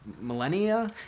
Millennia